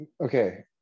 Okay